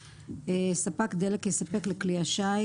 ספק דלק יספק לכלי השיט